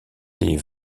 les